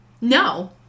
no